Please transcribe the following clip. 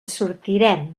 sortirem